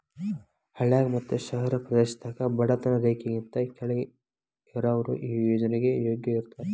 ಹಳ್ಳಾಗ ಮತ್ತ ಶಹರ ಪ್ರದೇಶದಾಗ ಬಡತನ ರೇಖೆಗಿಂತ ಕೆಳ್ಗ್ ಇರಾವ್ರು ಈ ಯೋಜ್ನೆಗೆ ಯೋಗ್ಯ ಇರ್ತಾರ